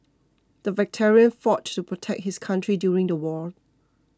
the veteran fought to protect his country during the war